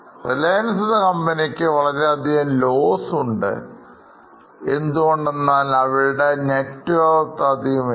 reliance എന്ന കമ്പനിക്ക് വളരെ വലിയ ലോസ് ഉണ്ട് എന്തുകൊണ്ടെന്നാൽ അവിടെ Networth അധികം അല്ല